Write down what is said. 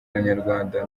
abanyarwanda